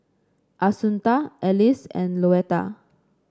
Assunta Ellis and Louetta